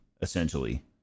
essentially